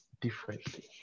differently